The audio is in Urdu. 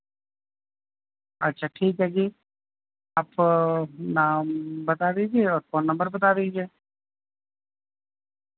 اچھا ٹھیک ہے جی آپ نام بتا دیجیے اور فون نمبر بتا دیجیے